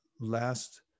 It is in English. last